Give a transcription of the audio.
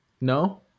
no